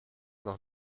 noch